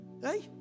Hey